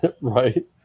Right